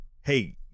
hey